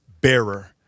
bearer